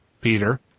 Peter